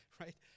right